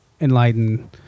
enlightened